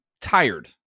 tired